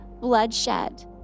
bloodshed